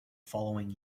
following